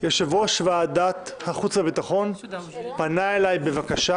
יושב-ראש ועדת החוץ והביטחון פנה אליי בבקשה